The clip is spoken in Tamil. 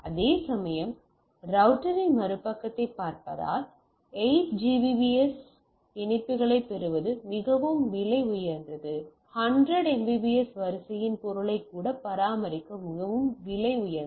அதேசமயம் ரௌட்டர் இன் மறுபக்கத்தைப் பார்த்தால் 8 Gbps இணைப்புகளைப் பெறுவது மிகவும் விலை உயர்ந்தது 100 Mbps வரிசையின் பொருளைக் கூட பராமரிக்க மிகவும் விலை உயர்ந்தது